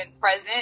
present